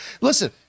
Listen